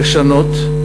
לשנות,